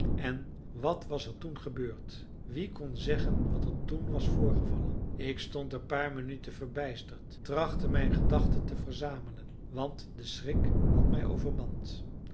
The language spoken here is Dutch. en wat was er toen gebeurd wie kon zeggen wat er toen was voorgevallen ik stond een paar minuten verbijsterd trachtende mijn gedachten te verzamelen want de schrik had mij